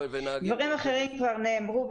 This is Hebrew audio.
דברים אחרים כבר נאמרו.